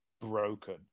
broken